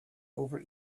over